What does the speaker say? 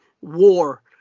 war